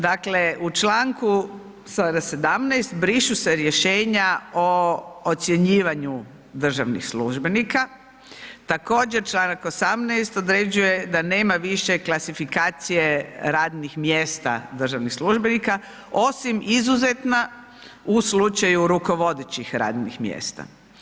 Dakle, u članku sada 17. brišu se rješenja o ocjenjivanju državnih službenik, također Članak 18. određuje da nema više klasifikacije radnih mjesta državnih službenika osim izuzetna u slučaju rukovodećih radnih mjesta.